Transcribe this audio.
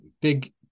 big